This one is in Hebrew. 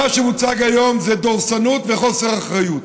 מה שהוצג היום זה דורסנות וחוסר אחריות.